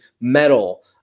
metal